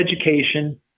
education